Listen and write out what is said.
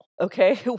okay